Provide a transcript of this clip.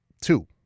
two